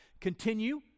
continue